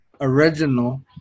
original